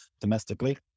domestically